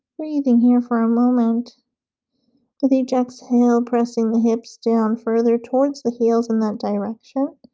we're using here for a moment with each exhale pressing the hips down further towards the heels in that direction